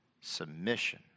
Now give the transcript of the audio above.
submission